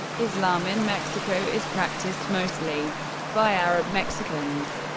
islam in mexico is practiced mostly by arab mexicans,